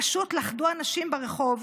פשוט לכדו אנשים ברחוב,